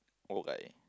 old guy